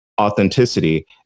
authenticity